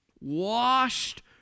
washed